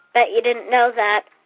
bet you didn't know that.